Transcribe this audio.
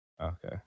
Okay